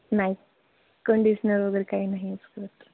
नाही कंडिशनर वगैरे काही नाही यूज करत